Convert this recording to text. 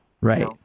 Right